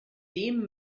dem